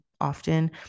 often